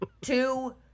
Two